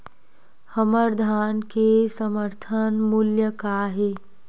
हमर धान के समर्थन मूल्य का हे?